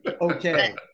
Okay